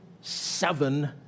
seven